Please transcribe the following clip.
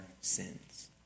sins